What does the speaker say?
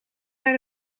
naar